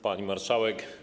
Pani Marszałek!